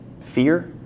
fear